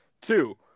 two